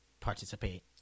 participate